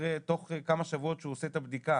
תוך כמה שבועות שהוא עושה את הבדיקה,